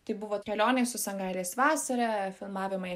tai buvo kelionės su sangailės vasara filmavimai